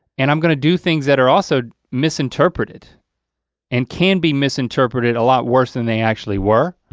and i'm gonna do things that are also misinterpreted and can be misinterpreted a lot worse than they actually were.